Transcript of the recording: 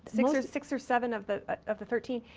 six or six or seven of the of the thirteen.